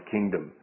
Kingdom